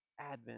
Advent